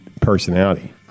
personality